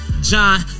John